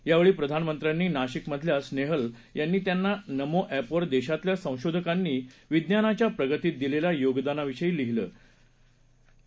यावेळी प्रधानमंत्र्यांनी नाशिकमधल्या स्नेहल यांनी त्यांना नमो अखिर देशातल्या संशोधकांनी विज्ञानाच्या प्रगतीत दिलेल्या योगदानाविषयी लिहीलं असल्याचा उल्लेखही केला